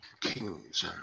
kings